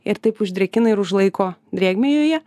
ir taip uždrėkina ir užlaiko drėgmę joje